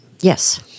Yes